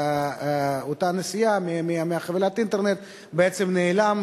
באותה נסיעה מחבילת האינטרנט בעצם נעלם